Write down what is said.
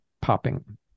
popping